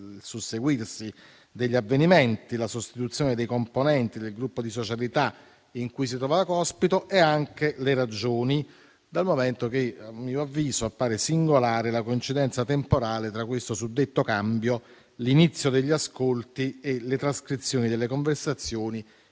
susseguirsi degli avvenimenti, la sostituzione dei componenti del gruppo di socialità in cui si trovava Cospito e per quali motivi, dal momento che - a mio avviso - appare singolare la coincidenza temporale tra il suddetto cambio, l'inizio degli ascolti e delle trascrizioni delle conversazioni